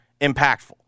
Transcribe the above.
impactful